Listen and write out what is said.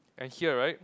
and here right